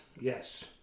Yes